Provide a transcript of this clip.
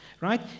right